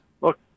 look